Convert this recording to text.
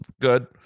good